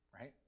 Right